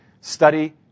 study